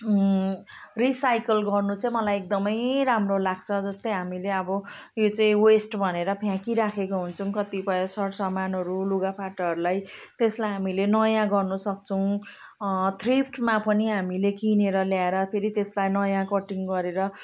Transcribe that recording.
recycle गर्नु चाहिँ मलाई एकदमै राम्रो लाग्छ जस्तै हामीले अब उयो चाहिँ वेस्ट भनेर फ्याँकिराखेको हुन्छौँ कतिपय सरसामानहरू लुगाफाटाहरूलाई त्यसलाई हामीले नयाँ गर्नुसक्छौँ थ्रिफ्टमा पनि हामीले किनेर ल्याएर फेरि त्यसलाई नयाँ कटिङ गरेर